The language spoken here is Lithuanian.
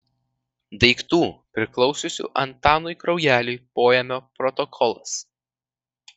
daiktų priklausiusių antanui kraujeliui poėmio protokolas